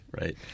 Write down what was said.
Right